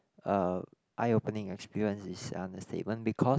uh eye opening experience is understatement because